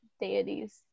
deities